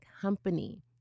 company